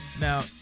now